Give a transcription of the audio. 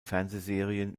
fernsehserien